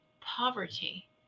poverty